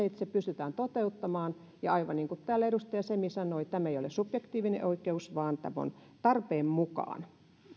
että se pystytään toteuttamaan ja aivan niin kuin täällä edustaja semi sanoi tämä ei ole subjektiivinen oikeus vaan tämä tarpeen mukaan